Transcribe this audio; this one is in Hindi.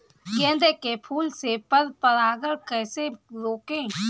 गेंदे के फूल से पर परागण कैसे रोकें?